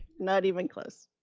not even close.